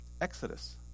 Exodus